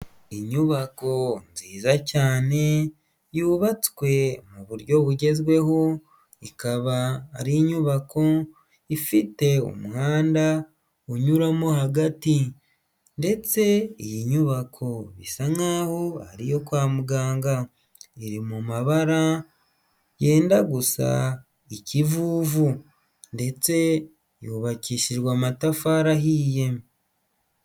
Inyubako nziza cyane yubatswe mu buryo bugezweho ikaba ari inyubako ifite umuhanda unyuramo hagati ndetse iyi nyubako isa nkaho ari iyo kwa muganga, iri mu mabara yenda gusa ikivuvu ndetse yubakishijwe amatafari ahiye.